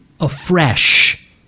afresh